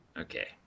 Okay